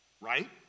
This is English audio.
Right